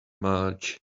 much